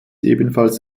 ebenfalls